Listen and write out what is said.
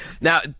Now